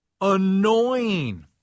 annoying